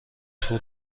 تور